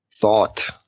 thought